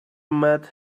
met